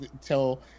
tell